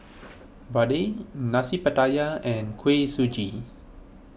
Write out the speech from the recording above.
Vadai Nasi Pattaya and Kuih Suji